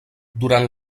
durant